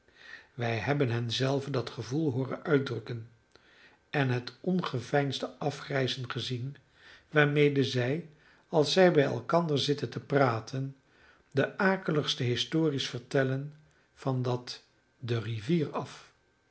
wij hebben hen zelve dat gevoel hooren uitdrukken en het ongeveinsde afgrijzen gezien waarmede zij als zij bij elkander zitten te praten de akeligste histories vertellen van dat de rivier af